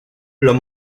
los